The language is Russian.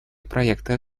проекта